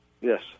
Yes